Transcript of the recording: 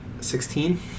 Sixteen